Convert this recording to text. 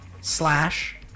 slash